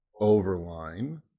overline